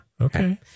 Okay